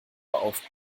auf